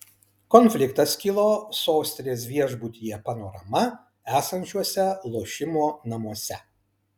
konfliktas kilo sostinės viešbutyje panorama esančiuose lošimo namuose